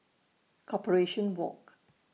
Corporation Walk